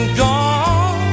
gone